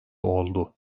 oldu